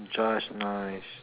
just nice